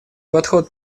подход